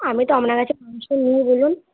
আমি তো আপনার কাছে মাংস নিই বলুন